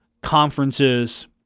conferences